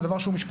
זה דבר משפטי.